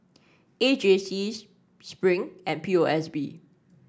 A J C Spring and P O S B